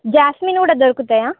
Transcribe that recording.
jasmine కూడా దొరుకుతాయా